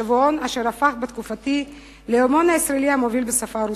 שבועון אשר הפך בתקופתי ליומון הישראלי המוביל בשפה הרוסית.